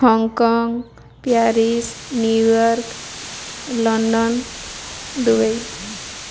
Hong Kong Paris New York London Dubai